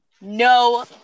no